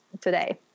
today